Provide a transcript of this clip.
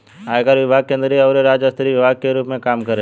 आयकर विभाग केंद्रीय अउरी राज्य स्तरीय विभाग के रूप में काम करेला